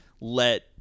let